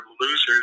losers